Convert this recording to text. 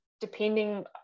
depending